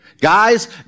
Guys